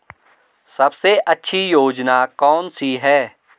सबसे अच्छी योजना कोनसी है?